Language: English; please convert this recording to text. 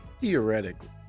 Theoretically